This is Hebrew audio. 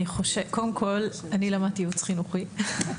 קודם כל אני למדתי ייעוץ חינוכי,